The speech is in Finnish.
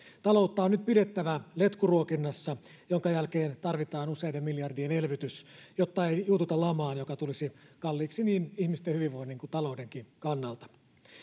taloutta on nyt pidettävä letkuruokinnassa jonka jälkeen tarvitaan useiden miljardien elvytys jotta ei juututa lamaan joka tulisi kalliiksi niin ihmisten hyvinvoinnin kuin taloudenkin kannalta